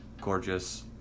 gorgeous